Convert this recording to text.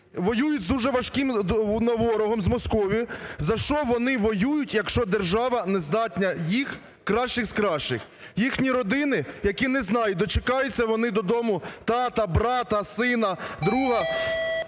воюють з дуже важкими ворогом – з Московією, за що вони воюють, якщо держава не здатна їх кращих з кращих. Їхні родини, які не знають, дочекаються вони додому тата, брата, сина, друга,